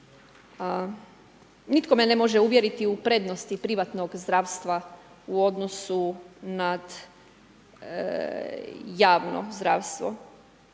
Nitko me ne može uvjeriti u prednosti privatnog zdravstva u odnosu nad javno zdravstvo.